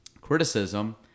criticism